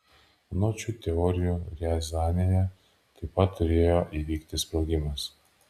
anot šių teorijų riazanėje taip pat turėjo įvykti sprogimas